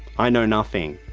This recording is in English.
i know nothing.